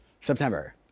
September